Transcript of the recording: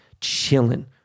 chilling